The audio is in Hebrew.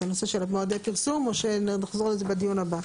לנושא של מועדי פרסום או שנחזור לזה בדיון הבא.